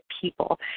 people